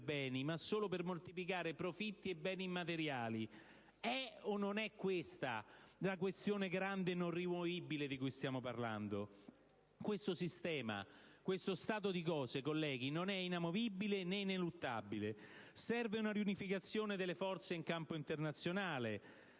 beni, ma solo per moltiplicare profitti e beni immateriali. È o non è questa la grande questione non rimuovibile di cui stiamo parlando? Questo sistema, questo stato di cose, colleghi, non è inamovibile né ineluttabile. Serve una riunificazione delle forze in campo internazionale,